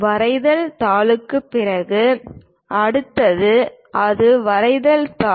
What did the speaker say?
வரைதல் தாளுக்குப் பிறகு அடுத்தது அது வரைதல் தாள்